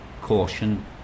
Caution